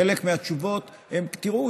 חלק מהתשובות הן: תראו,